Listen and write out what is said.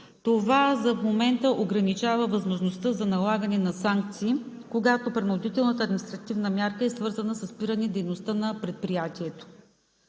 Това в момента ограничава възможността за налагане на санкции, когато принудителната административна мярка е свързана със спиране дейността на предприятието.